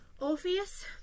Orpheus